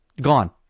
Gone